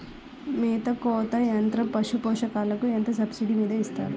మేత కోత యంత్రం పశుపోషకాలకు ఎంత సబ్సిడీ మీద ఇస్తారు?